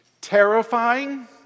Terrifying